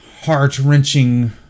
heart-wrenching